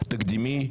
תקדימי,